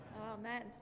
Amen